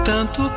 Tanto